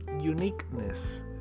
uniqueness